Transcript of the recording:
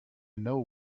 know